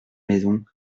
maison